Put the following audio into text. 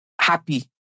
happy